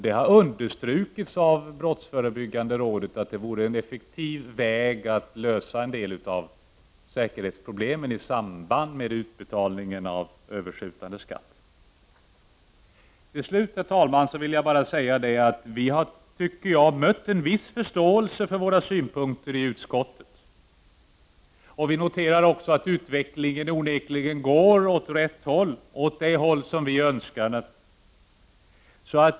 Det har understrukits av brottsförebyggande rådet att detta vore en effektiv väg att lösa en del av säkerhetsproblemen i samband med utbetalning av överskjutande skatt. Herr talman! Till sist vill jag säga att jag tycker att vi har mött en viss förståelse i utskottet för våra synpunkter. Vi noterar också att utvecklingen onekligen går åt rätt håll, dvs. åt det håll som vi önskar.